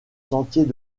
sentiers